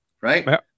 right